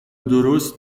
درست